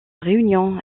réunion